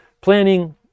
planning